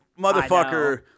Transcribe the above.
motherfucker-